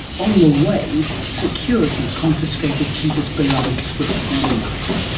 on the way, security confiscated peter's beloved swiss army knife,